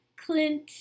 Clint